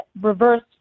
reverse